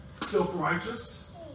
self-righteous